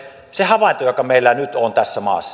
se havainto joka meillä nyt on tässä maassa